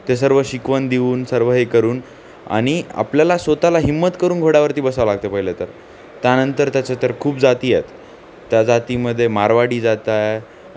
ते सर्व शिकवण देऊन सर्व हे करून आणि आपल्याला स्वतःला हिम्मत करून घोड्यावरती बसावं लागते पहिले तर त्यानंतर त्याच्या तर खूप जाती आहेत त्या जातीमध्ये मारवाडी जात आहे